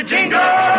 Jingle